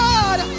God